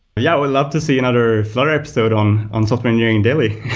yeah. would love to see another flutter episode on on software engineering daily